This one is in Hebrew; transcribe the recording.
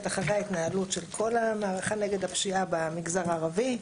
אחרי ההתנהלות של כל המערכה נגד הפשיעה במגזר הערבי,